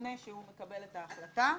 לפני שהוא מקבל את ההחלטה.